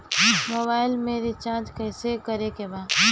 Mobile में recharge कइसे करे के बा?